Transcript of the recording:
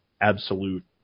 absolute